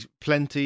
plenty